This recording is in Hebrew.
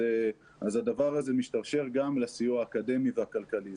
הדבר הזה משתרשר גם לסיוע האקדמי והכלכלי.